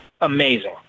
amazing